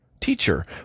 Teacher